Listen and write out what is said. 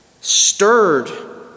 stirred